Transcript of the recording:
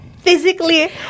physically